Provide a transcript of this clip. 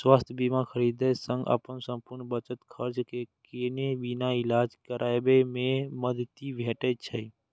स्वास्थ्य बीमा खरीदै सं अपन संपूर्ण बचत खर्च केने बिना इलाज कराबै मे मदति भेटै छै